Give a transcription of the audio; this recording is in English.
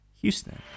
Houston